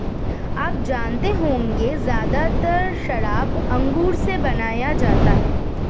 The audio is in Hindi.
आप जानते होंगे ज़्यादातर शराब अंगूर से बनाया जाता है